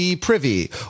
privy